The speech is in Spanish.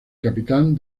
capitán